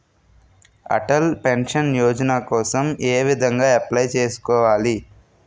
Atal pension Yojana కోసం ఏ విధంగా అప్లయ్ చేసుకోవాలి?